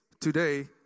Today